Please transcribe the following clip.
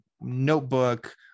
notebook